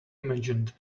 imagined